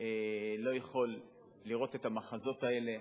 לא יכול לראות את המחזות האלה.